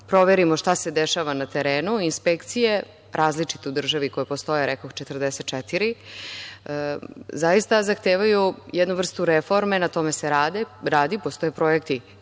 proverimo šta se dešava na terenu. Inspekcije različite u državi koje postoje, rekoh 44 zaista zahtevaju jednu vrstu reforme. Na tome se radi. Postoje projekti